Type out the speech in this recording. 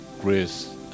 grace